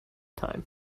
time